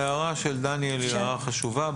ההערה של דניאל היא הערה חשובה.